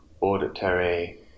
auditory